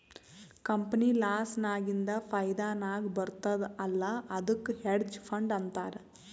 company loss ನಾಗಿಂದ್ ಫೈದಾ ನಾಗ್ ಬರ್ತುದ್ ಅಲ್ಲಾ ಅದ್ದುಕ್ ಹೆಡ್ಜ್ ಫಂಡ್ ಅಂತಾರ್